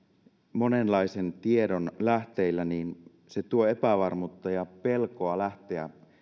monenlaisen tiedon lähteillä niin se tuo epävarmuutta ja pelkoa lähteä